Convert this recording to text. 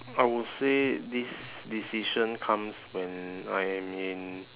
I would say this decision comes when I am in